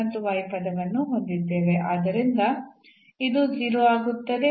ಇಲ್ಲಿ ನಾವು ಈ 4 ಅನ್ನು ಪಡೆಯಲು ಈ 2 ಪದಗಳನ್ನು ಸಂಯೋಜಿಸಬಹುದು ಮತ್ತು ನಂತರ ನೀವು 1 ಅನ್ನು ಹೊಂದಿದ್ದೀರಿ ಮತ್ತು ಇದು ಆಗುತ್ತದೆ